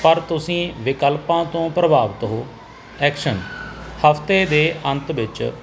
ਪਰ ਤੁਸੀਂ ਵਿਕਲਪਾਂ ਤੋਂ ਪ੍ਰਭਾਵਿਤ ਹੋ ਐਕਸ਼ਨ ਹਫਤੇ ਦੇ ਅੰਤ ਵਿੱਚ